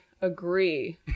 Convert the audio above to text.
agree